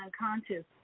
unconscious